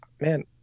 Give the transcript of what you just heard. man